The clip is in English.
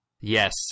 Yes